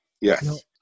yes